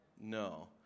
No